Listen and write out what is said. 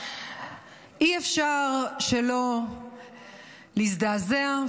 אי-אפשר שלא להזדעזע.